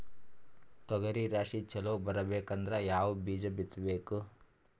ತೊಗರಿ ರಾಶಿ ಚಲೋ ಬರಬೇಕಂದ್ರ ಯಾವ ಬೀಜ ಬಿತ್ತಬೇಕು?